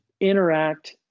interact